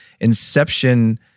Inception